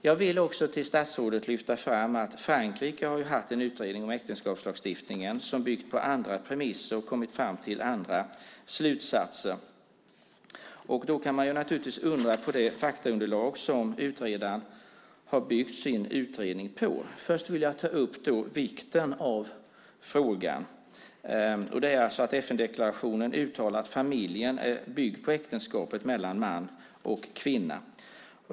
Jag vill också till statsrådet lyfta fram att Frankrike haft en utredning om äktenskapslagstiftningen som byggt på andra premisser och som kommit fram till andra slutsatser. Då kan man naturligtvis undra över det faktaunderlag som utredaren har byggt sin utredning på. Först vill jag ta upp frågans vikt. I FN-deklarationen uttalas att familjen bygger på äktenskapet mellan man och kvinna.